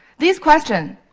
this question,